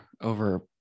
over